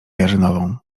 jarzynową